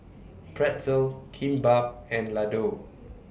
Pretzel Kimbap and Ladoo